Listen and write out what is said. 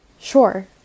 Sure